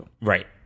Right